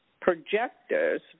projectors